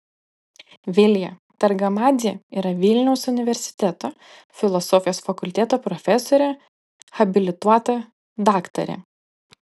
vilija targamadzė yra vilniaus universiteto filosofijos fakulteto profesorė habilituota daktarė